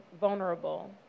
vulnerable